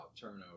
turnover